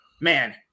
man